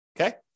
Okay